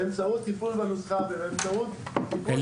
באמצעות טיפול בנוסחה ובאמצעות טיפול